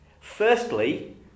firstly